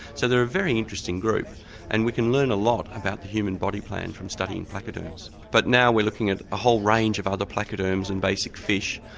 so they're a very interesting group and we can learn a lot about the human body plan from studying placoderms. but now we're looking at a whole range of other placoderms and basic fish,